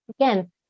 Again